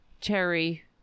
Terry